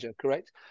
correct